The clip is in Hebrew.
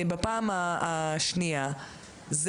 בפעם השנייה,